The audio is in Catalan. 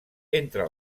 entre